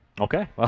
Okay